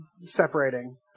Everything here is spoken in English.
separating